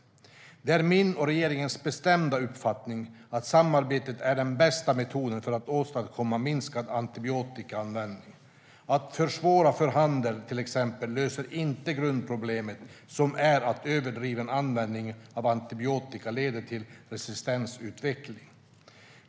Det är min och regeringens bestämda uppfattning att samarbete är den bästa metoden för att åstadkomma minskad antibiotikaanvändning. Att försvåra för handeln, till exempel, löser inte grundproblemet, som är att överdriven användning av antibiotika leder till resistensutveckling.